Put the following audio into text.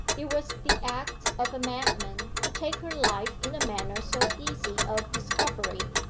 it was the act of a madman to take her life in a manner so easy of discovery,